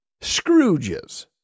scrooges